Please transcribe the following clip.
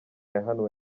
yahanuwe